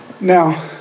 Now